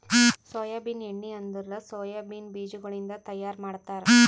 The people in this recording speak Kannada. ಸೋಯಾಬೀನ್ ಎಣ್ಣಿ ಅಂದುರ್ ಸೋಯಾ ಬೀನ್ಸ್ ಬೀಜಗೊಳಿಂದ್ ತೈಯಾರ್ ಮಾಡ್ತಾರ